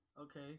Okay